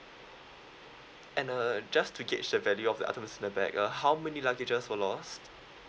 and uh just to gauge the value of the items in the bag ah how many luggages were lost